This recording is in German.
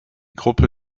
gruppe